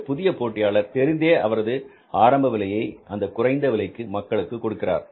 அந்த புதிய போட்டியாளர் தெரிந்தே அவரது ஆரம்ப விலையை அந்த குறைந்த விலைக்கு மக்களுக்கு கொடுக்கிறார்